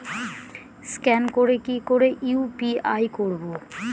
Scan করে কি করে ইউ.পি.আই করবো?